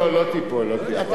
ואם תיפול, אני לוקח את האחריות.